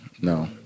no